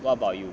what about you